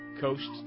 coast